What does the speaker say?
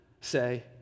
say